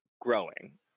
growing